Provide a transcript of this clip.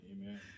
Amen